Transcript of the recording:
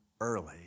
early